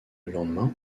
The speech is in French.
lendemain